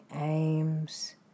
aims